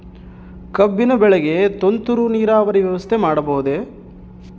ಕಬ್ಬಿನ ಬೆಳೆಗೆ ತುಂತುರು ನೇರಾವರಿ ವ್ಯವಸ್ಥೆ ಮಾಡಬಹುದೇ?